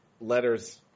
letters